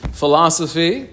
philosophy